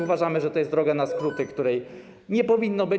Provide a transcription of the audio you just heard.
Uważamy, że to jest droga na skróty, której nie powinno być.